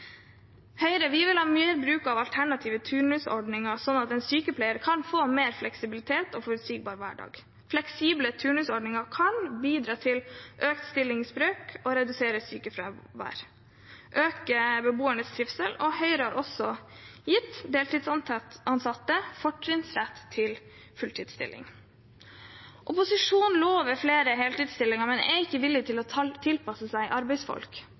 vil ha mer bruk av alternative turnusordninger sånn at en sykepleier kan få en mer fleksibel og forutsigbar hverdag. Fleksible turnusordninger kan bidra til økt stillingsbrøk, redusere sykefraværet og øke beboernes trivsel, og Høyre har også gitt deltidsansatte fortrinnsrett til fulltidsstillinger. Opposisjonen lover flere heltidsstillinger, men er ikke villige til å tilpasse seg arbeidsfolk.